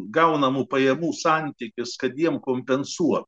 gaunamų pajamų santykis kad jiems kompensuoti